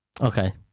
okay